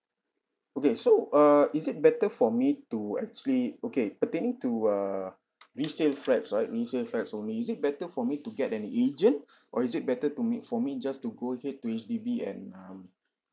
okay so err is it better for me to actually okay pertaining to err resale flats right resale flats only is it better for me to get an agent or is it better to me for me just go ahead to H_D_B and um